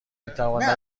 میتواند